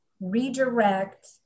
redirect